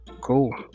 cool